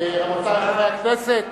רבותי חברי הכנסת,